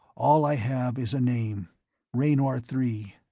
all i have is a name raynor three,